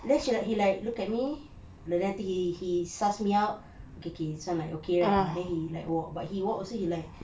then she like he like look at me but I think he he suss me out okay okay this one like okay right then he like walk he walk also he like